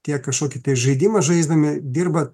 tiek kažkokį tai žaidimą žaisdami dirba